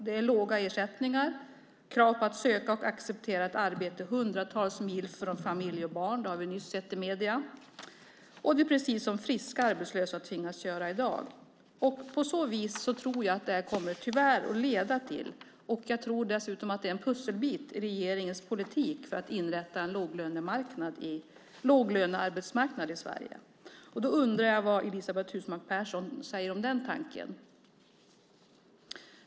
Det är låga ersättningar, krav på att söka och acceptera ett arbete hundratals mil från familj och barn - det har vi nyss sett i medierna. Det är som friska arbetslösa tvingas göra i dag. På så vis tror jag att det här tyvärr kommer att leda till, och jag tror att det är en pusselbit i regeringens politik, att inrätta en låglönearbetsmarknad i Sverige. Jag undrar vad Cristina Husmark Pehrsson säger om den tanken.